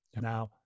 Now